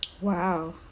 Wow